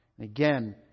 Again